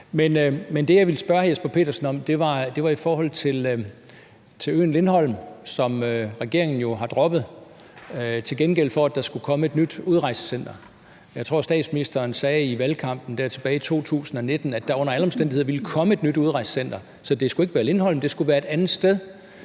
Men det, jeg vil spørge hr. Jesper Petersen om, er om øen Lindholm, som regeringen jo har droppet, for at der til gengæld skulle komme et nyt udrejsecenter. Jeg tror, statsministeren sagde i valgkampen tilbage i 2019, at der under alle omstændigheder ville komme et nyt udrejsecenter. Det skulle ikke være på Lindholm, det skulle være et andet sted,